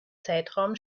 zeitraum